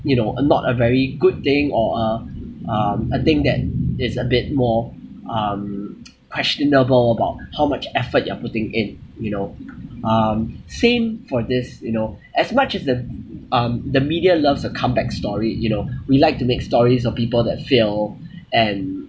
you know a not a very good thing or a um a thing that is a bit more um questionable about how much effort you are putting in you know um same for this you know as much as the um the media loves a comeback story you know we like to make stories of people that fail and